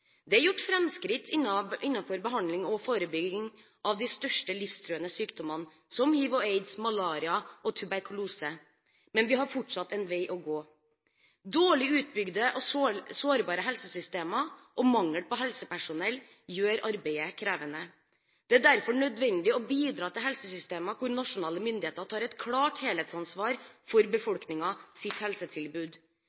Det er gjort framskritt innenfor behandling og forebygging av de største livstruende sykdommene, som hiv og aids, malaria og tuberkulose. Men vi har fortsatt en vei å gå. Dårlig utbygde og sårbare helsesystemer og mangel på helsepersonell gjør arbeidet krevende. Det er derfor nødvendig å bidra til helsesystemer der nasjonale myndigheter tar et klart helhetsansvar for